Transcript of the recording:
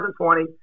2020